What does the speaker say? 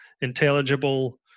intelligible